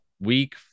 Week